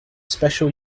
special